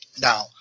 Now